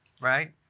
right